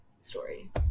story